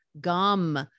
gum